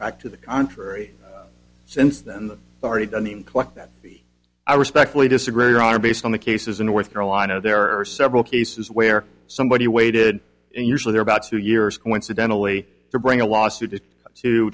back to the contrary since then the already done them collect that the i respectfully disagree there are based on the cases in north carolina there are several cases where somebody waited usually there about two years coincidentally to bring a lawsuit to